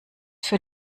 für